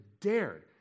dared